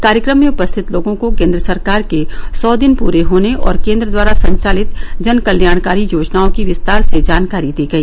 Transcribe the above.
कार्यक्रम में उपस्थित लोगों को केन्द्र सरकार के सौ दिन पूरे होने और केंद्र द्वारा संचालित जन कल्याणकारी योजनाओं की विस्तार से जानकारी दी गई